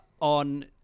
on